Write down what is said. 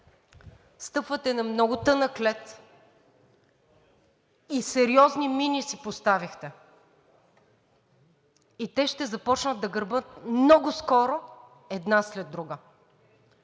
Стъпвате на много тънък лед, сериозни мини си поставихте и те ще започнат да гърмят много скоро една след друга.